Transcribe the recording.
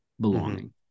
belonging